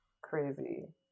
Crazy